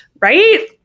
Right